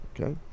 Okay